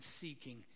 seeking